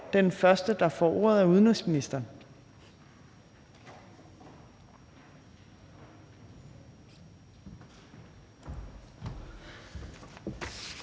den første, der får ordet, er udenrigsministeren.